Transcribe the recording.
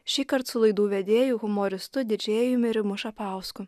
šįkart su laidų vedėju humoristu didžėjumi rimu šapausku